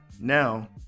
now